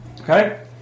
Okay